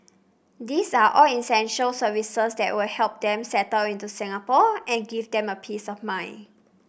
these are all essential services that will help them settle into Singapore and give them a peace of mind